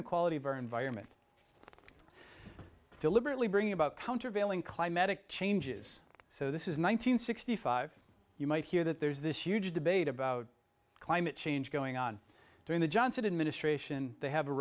the quality of our environment deliberately bring about countervailing climatic changes so this is one nine hundred sixty five you might hear that there's this huge debate about climate change going on during the johnson administration they have a